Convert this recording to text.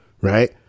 right